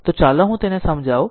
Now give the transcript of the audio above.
તો ચાલો હું તેને સમજાવું